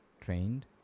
trained